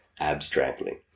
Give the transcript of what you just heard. abstractly